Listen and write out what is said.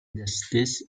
justice